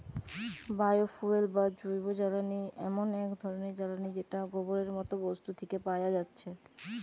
bio fuel বা জৈবজ্বালানি এমন এক ধরণের জ্বালানী যেটা গোবরের মতো বস্তু থিকে পায়া যাচ্ছে